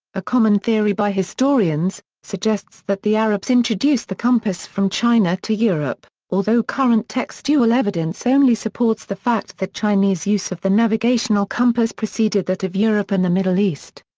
a common theory by historians, suggests that the arabs introduced the compass from china to europe, although current textual evidence only supports the fact that chinese use of the navigational compass preceded that of europe and the middle east.